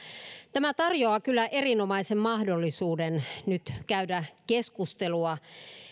tämä tarjoaa kyllä erinomaisen mahdollisuuden nyt käydä keskustelua